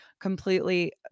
completely